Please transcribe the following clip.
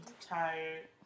Tired